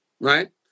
right